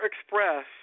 express